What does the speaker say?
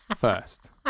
first